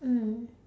mm